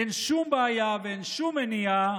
אין שום בעיה ואין שום מניעה,